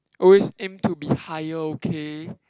always aim to be higher okay